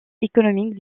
économique